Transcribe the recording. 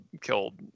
killed